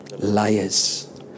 Liars